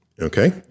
okay